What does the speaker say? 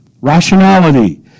rationality